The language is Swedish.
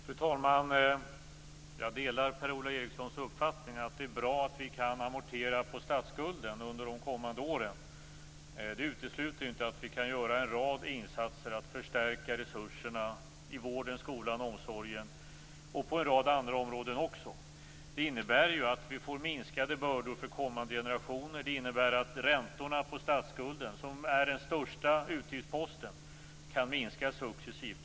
Fru talman! Jag delar Per-Ola Erikssons uppfattning att det är bra att vi kan amortera på statsskulden under de kommande åren. Det utesluter inte att vi kan göra en rad insatser för att förstärka resurserna i vården, skolan och omsorgen och också på en rad andra områden. Det innebär att vi får minskade bördor för kommande generationer. Det innebär att räntorna på statsskulden, som är den största utgiftsposten, kan minska successivt.